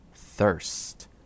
thirst